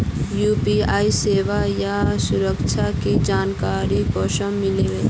UPI सेवाएँ या services की जानकारी कुंसम मिलबे?